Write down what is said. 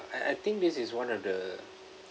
I I think this is one of the